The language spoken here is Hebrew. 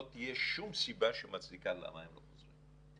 לא תהיה שום סיבה שמצדיקה למה הם לא חוזרים.